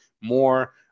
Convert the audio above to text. more